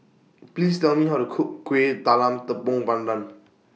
Please Tell Me How to Cook Kueh Talam Tepong Pandan